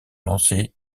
lancer